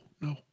No